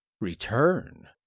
Return